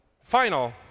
final